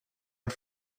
and